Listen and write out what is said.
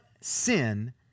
sin